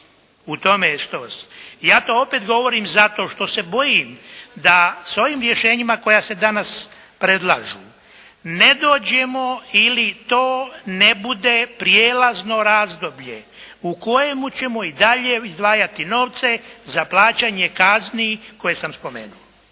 Ja to opet govorim zato što se bojim da sa ovim rješenjima koja se danas predlažu ne dođemo ili to ne bude prijelazno razdoblje u kojemu ćemo i dalje izdvajati novce za plaćanje kazni koje sam spomenuo.